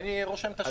אני רושם את השאלות.